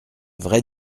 vraie